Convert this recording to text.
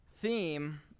theme